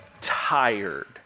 tired